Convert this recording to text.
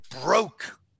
broke